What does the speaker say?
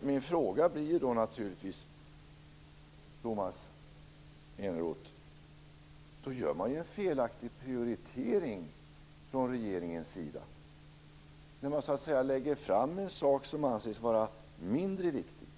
Min fråga blir då naturligtvis, Tomas Eneroth: Gör man inte då felaktig prioritering från regeringens sida när man så att säga lägger fram en sak som anses vara mindre viktig,